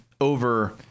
over